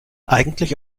eigentlich